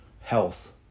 health